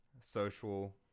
social